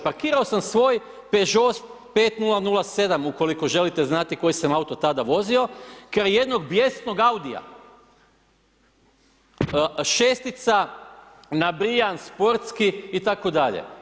Parkirao sam svoj Peugeot 5007 ukoliko želite znat koji sam auto tada vozio, kraj jednog bijesnog Audija, šestica nabrijan sportski, itd.